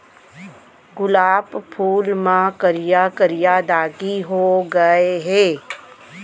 गुलाब फूल म करिया करिया दागी हो गय हे